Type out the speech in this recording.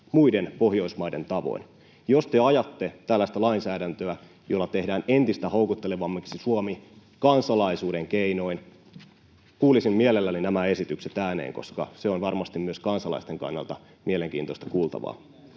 muiden Pohjoismaiden tavoin? Jos te ajatte tällaista lainsäädäntöä, jolla Suomi tehdään entistä houkuttelevammaksi kansalaisuuden keinoin, kuulisin mielelläni nämä esitykset ääneen, koska se on varmasti myös kansalaisten kannalta mielenkiintoista kuultavaa.